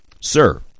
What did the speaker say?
Sir